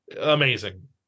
amazing